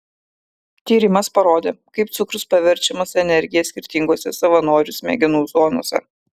tyrimas parodė kaip cukrus paverčiamas energija skirtingose savanorių smegenų zonose